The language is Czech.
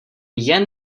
jen